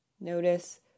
Notice